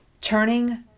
turning